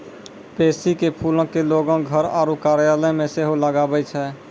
pansy के फूलो के लोगें घर आरु कार्यालय मे सेहो लगाबै छै